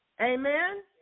Amen